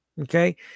Okay